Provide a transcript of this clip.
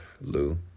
Lou